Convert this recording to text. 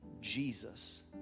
Jesus